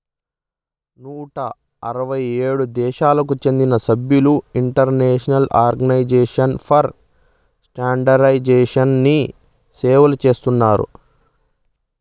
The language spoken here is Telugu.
నూట అరవై ఏడు దేశాలకు చెందిన సభ్యులు ఇంటర్నేషనల్ ఆర్గనైజేషన్ ఫర్ స్టాండర్డయిజేషన్ని సేవలు చేస్తున్నారు